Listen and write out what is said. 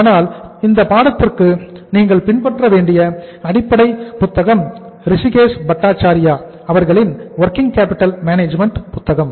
ஆனால் இந்த பாடத்திற்கு நீங்கள் பின்பற்ற வேண்டிய அடிப்படை புத்தகம் ஹிருஷிகேஷ் பட்டாச்சாரியார் புத்தகம்